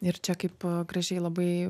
ir čia kaip gražiai labai